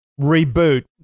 reboot